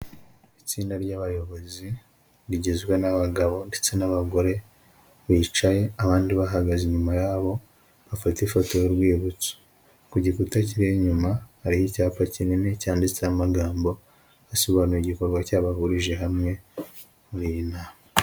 Itsinda ry'abayobozi rigizwe n'abagabo ndetse n'abagore bicaye abandi bahagaze inyuma yabo, bafata ifoto y'urwibutso. Ku gikuta kiri inyuma hari icyapa kinini cyanditseho amagambo asobanura igikorwa cyabahurije hamwe muri iyi nama.